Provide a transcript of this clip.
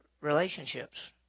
relationships